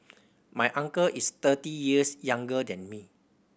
my uncle is thirty years younger than me